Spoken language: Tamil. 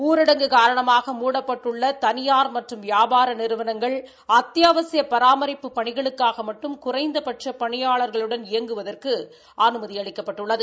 ஊரடங்கு காரணமாக மூடப்பட்டுள்ள தனியாா் மற்றும் வியாபார நிறுவனங்களின் அத்தியாவசிய பராமரிப்பு பணிகளுக்காக மட்டும் குறைந்தபட்ச பணியாளர்களுடன் இயங்குவதற்கு அனுமதி அளிக்கப்பட்டுள்ளது